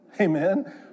Amen